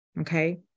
okay